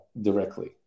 directly